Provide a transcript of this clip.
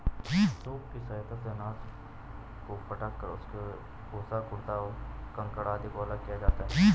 soup की सहायता से अनाज को फटक कर उसके भूसा, गर्दा, कंकड़ आदि को अलग किया जाता है